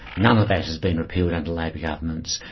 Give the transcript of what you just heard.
none of that has been repealed under labor governments.